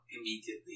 immediately